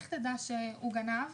איך תדע מי הגנב?